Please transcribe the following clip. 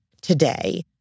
today